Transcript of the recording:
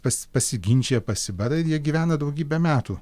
pas pasiginčija pasibara ir jie gyvena daugybę metų